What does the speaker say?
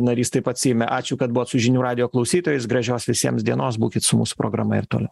narys taip pat seime ačiū kad buvot su žinių radijo klausytojais gražios visiems dienos būkit su mūsų programa ir toliau